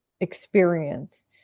experience